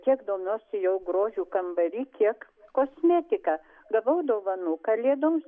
kiek domiuosi jau grožiu kambary kiek kosmetika gavau dovanų kalėdoms